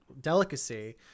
delicacy